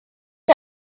ya